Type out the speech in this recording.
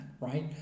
right